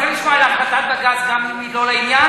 אני צריך לשמוע על החלטת בג"ץ גם אם היא לא לעניין?